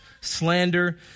slander